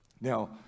Now